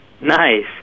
Nice